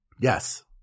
Yes